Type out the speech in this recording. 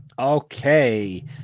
Okay